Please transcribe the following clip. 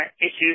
issues